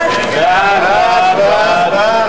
ההסתייגות של קבוצת סיעת בל"ד,